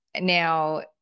Now